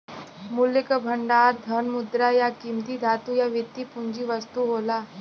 मूल्य क भंडार धन, मुद्रा, या कीमती धातु या वित्तीय पूंजी वस्तु होला